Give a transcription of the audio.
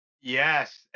Yes